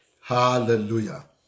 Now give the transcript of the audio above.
Hallelujah